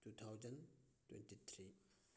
two thousand twenty three